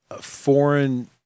foreign